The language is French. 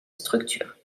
structure